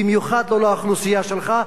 במיוחד לא לאוכלוסייה שלך,